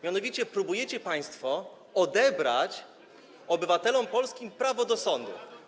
Mianowicie próbujecie państwo odebrać obywatelom polskim prawo do sądu.